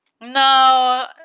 No